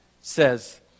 says